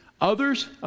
others